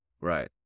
Right